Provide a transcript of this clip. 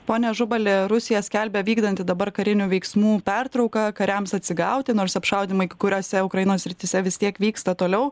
pone ažubali rusija skelbia vykdanti dabar karinių veiksmų pertrauką kariams atsigauti nors apšaudymai kai kuriose ukrainos srityse vis tiek vyksta toliau